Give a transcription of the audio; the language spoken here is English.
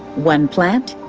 one plant,